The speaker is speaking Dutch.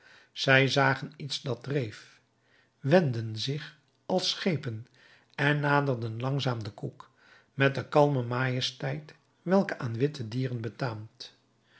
zij zagen iets dat dreef wendden zich als schepen en naderden langzaam den koek met de kalme majesteit welke aan witte dieren betaamt